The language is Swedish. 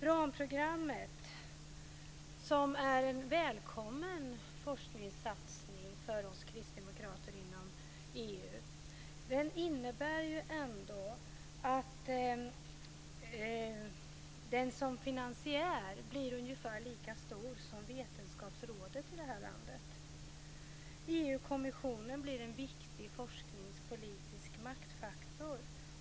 Ramprogrammet är en välkommen forskningssatsning för oss kristdemokrater inom EU och innebär att det som finansiär blir ungefär lika stor som Vetenskapsrådet i det här landet. EU-kommissionen blir en viktig forskningspolitisk maktfaktor.